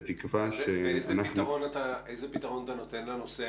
בתקווה שאנחנו --- איזה פתרון אתה נותן לנוסע